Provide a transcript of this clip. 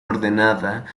ordenada